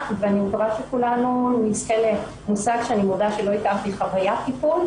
שחלקן הן בריאותיות פרופר,